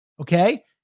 Okay